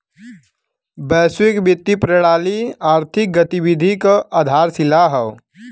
वैश्विक वित्तीय प्रणाली आर्थिक गतिविधि क आधारशिला हौ